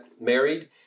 married